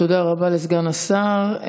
תודה רבה לסגן השר.